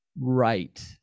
right